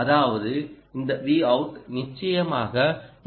அதாவது இந்த Vout நிச்சயமாக 3